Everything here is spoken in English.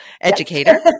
educator